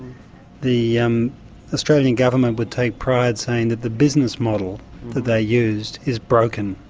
the um australian government would take pride saying that the business model that they used is broken.